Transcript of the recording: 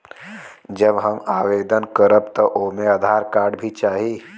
जब हम आवेदन करब त ओमे आधार कार्ड भी चाही?